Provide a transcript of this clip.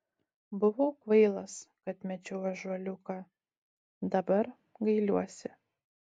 buvau kvailas kad mečiau ąžuoliuką dabar gailiuosi